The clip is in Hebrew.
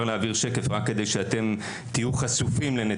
בשקף הזה אני אתן תמונה לגבי התלמידים בסוגי המסגרות,